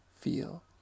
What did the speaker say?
feel